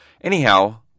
Anyhow